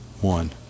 One